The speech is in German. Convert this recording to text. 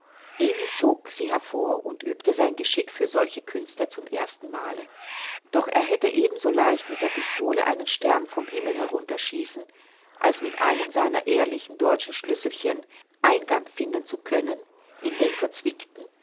emil zog sie hervor und übte sein geschick für solche künste zum erstenmale doch er hätte eben so leicht mit der pistole einen stern vom himmel herunter schießen als mit einem seiner ehrlichen deutschen schlüsselchen eingang finden können in den verzwickten